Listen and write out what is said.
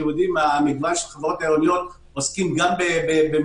אתם יודעים שהמגוון של החברות העירוניות עוסק גם במסחר.